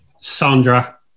Sandra